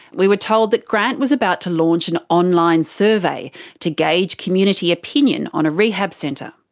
we were told that grant was about to launch an online survey to gauge community opinion on a rehab centre.